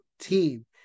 team